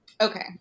Okay